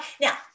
now